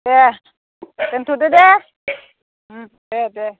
दे दोनथ'दो दे उम दे दे